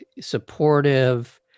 supportive